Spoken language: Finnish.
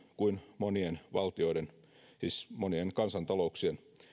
kuin monien valtioiden siis monien kansantalouksien